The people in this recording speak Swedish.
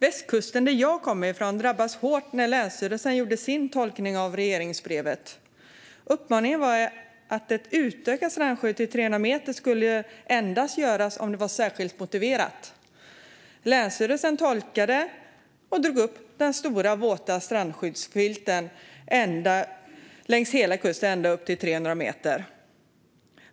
Västkusten, som jag kommer från, drabbades hårt när länsstyrelsen gjorde sin tolkning av regleringsbrevet. Uppmaningen var att strandskyddet endast skulle utökas till 300 meter om det var särskilt motiverat. Länsstyrelsen tolkade detta och drog den stora våta strandskyddsfilten ända upp till 300 meter längs hela kusten.